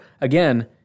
Again